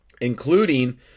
including